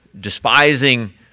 despising